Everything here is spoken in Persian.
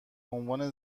عنوان